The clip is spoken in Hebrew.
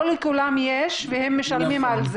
נכון.